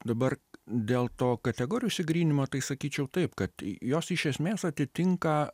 dabar dėl to kategorijų išsigryninimo tai sakyčiau taip kad jos iš esmės atitinka